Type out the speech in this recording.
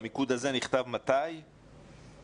מתי נכתב המיקוד הזה?